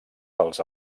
dels